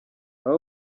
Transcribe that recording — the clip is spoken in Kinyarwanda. aba